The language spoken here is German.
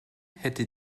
hätte